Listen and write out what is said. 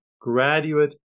Graduate